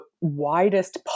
widest